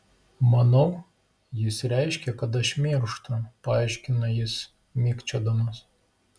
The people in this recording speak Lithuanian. manau jis reiškia kad aš mirštu paaiškino jis mikčiodamas